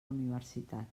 universitat